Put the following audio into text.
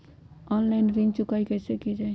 Online ऋण चुकाई कईसे की ञाई?